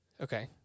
Okay